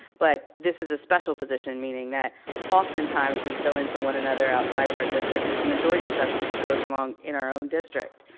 but this is a special position, meaning that often times we fill in for one another outside of our districts, but the majority of stuff goes along in our own district.